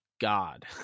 God